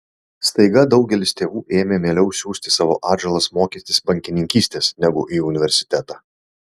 staiga daugelis tėvų ėmė mieliau siųsti savo atžalas mokytis bankininkystės negu į universitetą